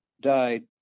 died